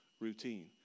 routine